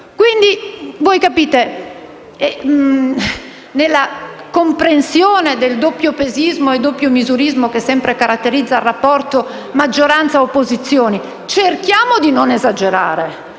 Quindi, pur nella comprensione del doppiopesismo e del doppiomisurismo, che sempre caratterizzano il rapporto tra maggioranza ed opposizioni, cerchiamo di non esagerare,